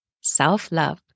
Self-love